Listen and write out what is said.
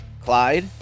Clyde